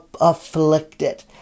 afflicted